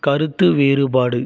கருத்து வேறுபாடு